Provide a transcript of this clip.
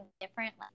different